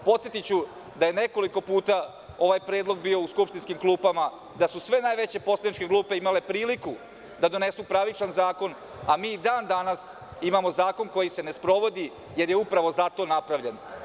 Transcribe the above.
Podsetiću da je nekoliko puta ovaj predlog bio u skupštinskim klupama, da su sve najveće poslaničke grupe imale priliku da donesu pravičan zakon, a mi i dan danas imamo zakon koji se ne sprovodi, jer je upravo zato napravljen.